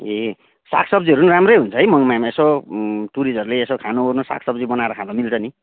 ए सागसब्जीहरू पनि राम्रै हुन्छ है मङमायामा यसो टुरिस्टहरूले यसो खानओर्न सागसब्जी बनाएर खान मिल्छ नि